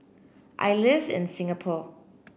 I live in Singapore